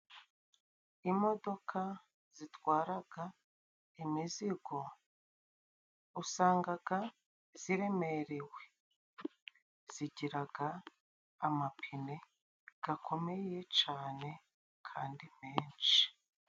Imodoka zitwaraga imizigo usangaga ziremerewe, zigiraga amapine gakomeye cane kandi menshi.